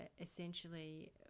essentially